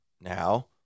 now